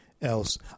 else